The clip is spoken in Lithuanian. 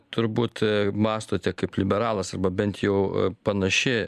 turbūt mąstote kaip liberalas arba bent jau panaši